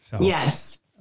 Yes